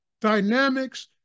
dynamics